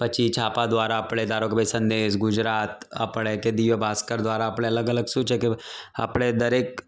પછી છાપા દ્વારા આપણે ધારો કે ભાઈ સંદેશ ગુજરાત આપણે કે દિવ્ય ભાસ્કર દ્વારા આપણે અલગ અલગ શું છે કે આપણે દરેક